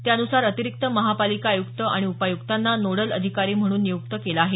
त्यानुसार अतिरिक्त महापालिका आयुक्त आणि उपायुक्तांना नोडल अधिकारी म्हणून नियुक्त केलं आहे